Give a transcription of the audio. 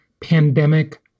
pandemic